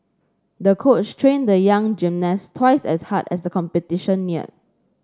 the coach trained the young gymnast twice as hard as the competition neared